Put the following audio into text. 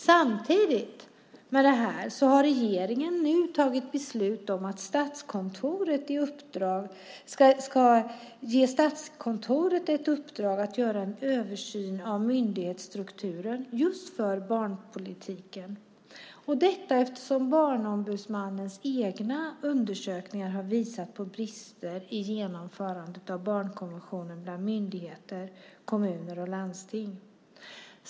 Samtidigt med det här har regeringen tagit beslut om att ge Statskontoret i uppdrag att göra en översyn av myndighetsstrukturen just för barnpolitiken, eftersom Barnombudsmannens egna undersökningar har visat på brister i genomförandet av barnkonventionen bland myndigheter, kommuner och landsting.